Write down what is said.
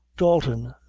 dalton,